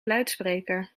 luidspreker